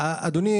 אדוני,